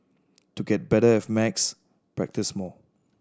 to get better at maths practise more